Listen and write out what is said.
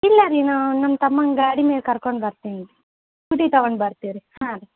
ಇಲ್ಲ ರೀ ನಾವು ನಮ್ಮ ತಮ್ಮಂಗೆ ಗಾಡಿ ಮೇಲೆ ಕರ್ಕೊಂಡು ಬರ್ತೀನಿ ರೀ ಸ್ಕೂಟಿ ತೊಗೊಂಡು ಬರ್ತೀವಿ ರೀ ಹಾಂ ರೀ